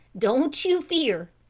don't you fear.